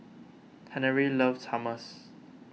Henery loves Hummus